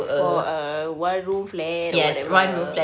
for a one room flat or whatever